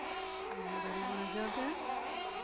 anybody wanna jump in? well,